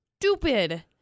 stupid